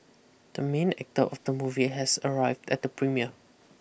the main actor of the movie has arrived at the premiere